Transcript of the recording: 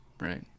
right